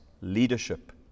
leadership